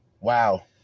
Wow